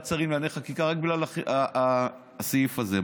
השרים לענייני חקיקה רק בגלל הסעיף הזה.